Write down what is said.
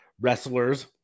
wrestlers